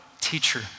Teacher